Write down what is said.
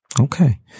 Okay